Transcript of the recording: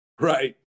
right